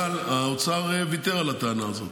אבל האוצר ויתר על הטענה הזאת.